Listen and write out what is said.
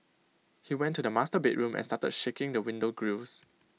he went to the master bedroom and started shaking the window grilles